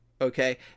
okay